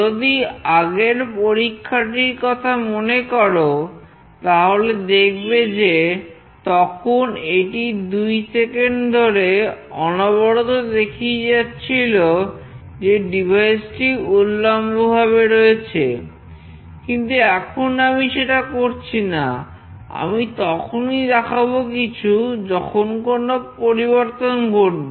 যদি আগের পরীক্ষাটির কথা মনে করো তাহলে দেখবে যে তখন এটি দুই সেকেন্ড ধরে অনবরত দেখিয়ে যাচ্ছিল যে ডিভাইসটি উল্লম্বভাবে রয়েছে কিন্তু এখন আমি সেটা করছি না আমি তখনই দেখাবো কিছু যখন কোনো পরিবর্তন ঘটবে